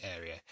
area